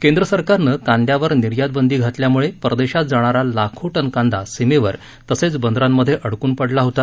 केंद्रसरकारनं कांद्यावर निर्यातबंदी घातल्यामुळे परदेशात जाणारा लाखो टन कांदा सीमेवर तसंच बंदरांमधे अडकून पडला होता